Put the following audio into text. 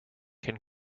can